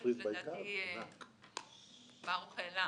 משהו שברוך העלה.